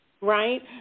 right